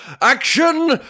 Action